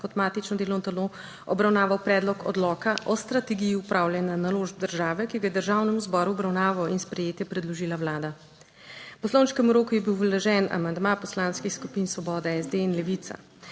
kot matično delovno telo obravnaval Predlog odloka o strategiji upravljanja naložb države, ki ga je Državnemu zboru v obravnavo in sprejetje predložila Vlada. v poslovniškem roku je bil vložen amandma poslanskih skupin Svoboda, SD in Levica.